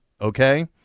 Okay